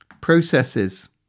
Processes